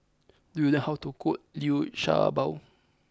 do you know how to cook Liu Sha Bao